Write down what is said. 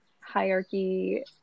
hierarchy